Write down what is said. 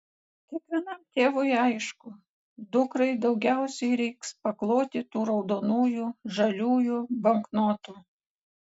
kiekvienam tėvui aišku dukrai daugiausiai reiks pakloti tų raudonųjų žaliųjų banknotų